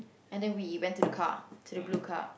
and then we went to the car to the blue car